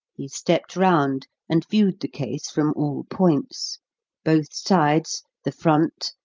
he stepped round and viewed the case from all points both sides, the front,